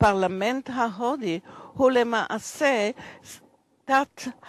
הפרלמנט ההודי הוא למעשה תת-היבשת